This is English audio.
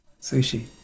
Sushi